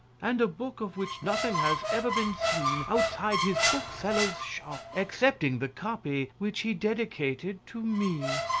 and a book of which nothing has ever been seen outside his bookseller's shop excepting the copy which he dedicated to me.